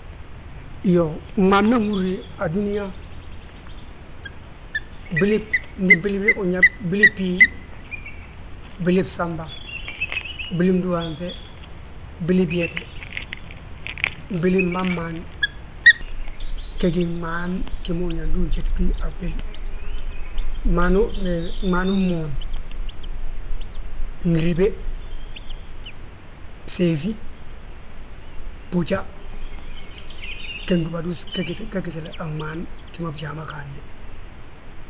Iyoo, gmaani ma nhúrni a dúniyaa, bwili, ndi bwili bi unyaa bwili bhiiy, bwili bsamba, bwili mdúhaanŧe, bwili byete, bwili mmaman, ge gí gmaan, gima húrin yaa ndu unjéd gí a bwil. Gmaani gmoon, ngiribe, séefi, bója, ge gdúba dus ge gitilu a gmaan a gi ma bijaa ma gaadni